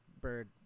bird